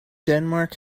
denmark